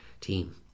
team